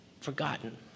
forgotten